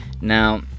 Now